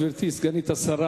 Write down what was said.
גברתי סגנית השר,